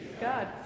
God